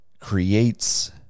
creates